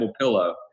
pillow